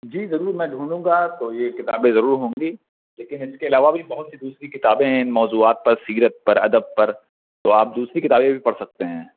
جی ضرور میں ڈھونڈوں گا تو یہ کتابیں ضرور ہوں گی لیکن اس کے علاوہ بھی بہت سی دوسری کتابیں ہیں ان موضوعات پر سیرت پر ادب پر تو آپ دوسری کتابیں بھی پڑھ سکتے ہیں